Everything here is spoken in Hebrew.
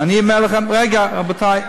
אני אומר לכם, בוועדה נצא עם פתרון.